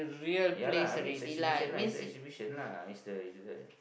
ya lah I mean it's exhibition lah it's a exhibition lah it's the it's the